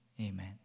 amen